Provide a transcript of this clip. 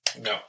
No